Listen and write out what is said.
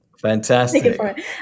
Fantastic